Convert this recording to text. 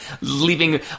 leaving